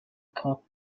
cup